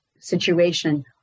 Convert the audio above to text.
situation